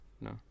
no